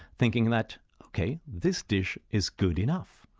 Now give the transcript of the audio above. thinking that, ok, this dish is good enough,